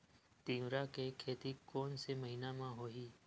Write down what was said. तीवरा के खेती कोन से महिना म होही?